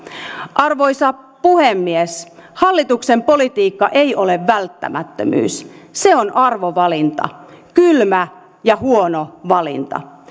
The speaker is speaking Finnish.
arvoisa puhemies hallituksen politiikka ei ole välttämättömyys vaan se on arvovalinta kylmä ja huono valinta